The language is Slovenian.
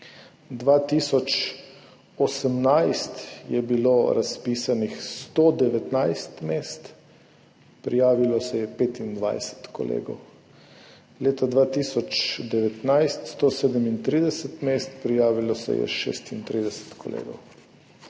2018 je bilo razpisanih 119 mest, prijavilo se je 25 kolegov, leta 2019 137 mest, prijavilo se je 36 kolegov.